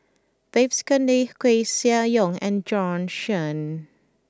Babes Conde Koeh Sia Yong and Bjorn Shen